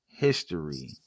History